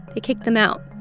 they kicked them out.